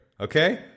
Okay